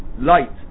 light